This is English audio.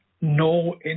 no